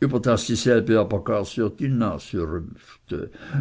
über das dieselbe aber gar sehr die nase rümpfte